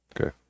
Okay